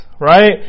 right